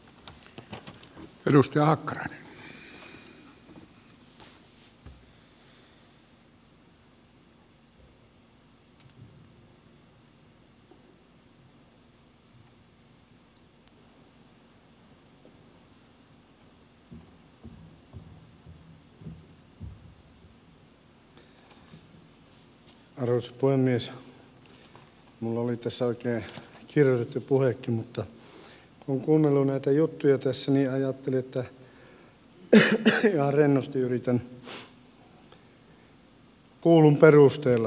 minulla oli tässä oikein kirjoitettu puhekin mutta kun on kuunnellut näitä juttuja tässä niin ajattelin että ihan rennosti yritän kuullun perusteella sitten tässä puhua